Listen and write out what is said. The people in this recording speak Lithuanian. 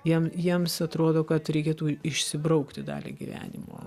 jiem jiems atrodo kad reikėtų išsibraukti dalį gyvenimo